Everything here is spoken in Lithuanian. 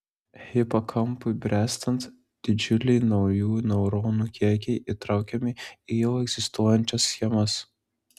hipokampui bręstant didžiuliai naujų neuronų kiekiai įtraukiami į jau egzistuojančias schemas